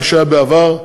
מה שהיה בעבר,